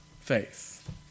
faith